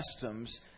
customs